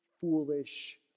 foolish